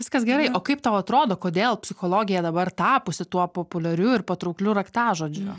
viskas gerai o kaip tau atrodo kodėl psichologija dabar tapusi tuo populiariu ir patraukliu raktažodžiu